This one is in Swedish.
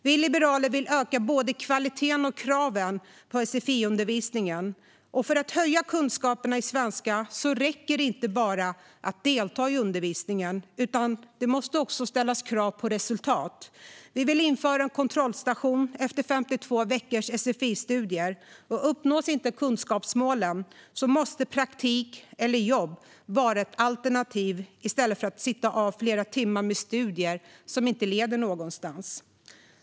Vi liberaler vill öka både kvaliteten och kraven på sfi-undervisningen. För att höja kunskaperna i svenska räcker det inte med att bara delta i undervisningen, utan det måste också ställas krav på resultat. Vi vill införa en kontrollstation efter 52 veckors sfi-studier. Uppnås inte kunskapsmålen måste praktik eller jobb vara ett alternativ i stället för att sitta av fler timmar med studier som inte leder någonstans.